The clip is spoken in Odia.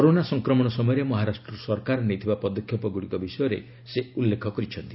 କରୋନା ସଂକ୍ରମଣ ସମୟରେ ମହାରାଷ୍ଟ୍ର ସରକାର ନେଇଥିବା ପଦକ୍ଷେପଗୁଡ଼ିକ ବିଷୟରେ ସେ ଉଲ୍ଲ୍ରେଖ କରିଛନ୍ତି